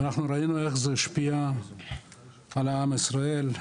אנחנו ראינו איך זה השפיע על עם ישראל,